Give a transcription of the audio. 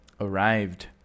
arrived